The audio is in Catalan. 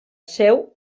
seu